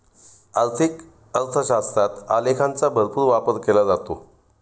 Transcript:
आर्थिक अर्थशास्त्रात आलेखांचा भरपूर वापर केला जातो